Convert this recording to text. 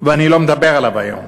ואני לא מדבר עליו היום.